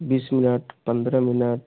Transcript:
बीस मिनट पन्द्रह मिनट